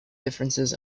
differences